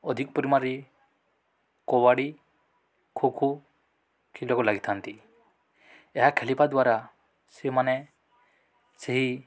ଅଧିକ ପରିମାଣରେ କବାଡ଼ି ଖୋଖୋ ଲାଗିଥାନ୍ତି ଏହା ଖେଳିବା ଦ୍ୱାରା ସେମାନେ ସେହି